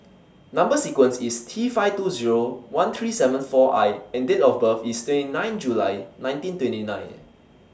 Number sequence IS T five two Zero one three seven four I and Date of birth IS twenty nine July nineteen twenty nine